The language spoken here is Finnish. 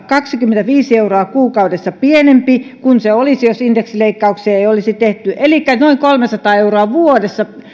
kaksikymmentäviisi euroa kuukaudessa pienempi kuin se olisi jos indeksileikkauksia ei olisi tehty elikkä noin kolmesataa euroa vuodessa